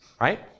right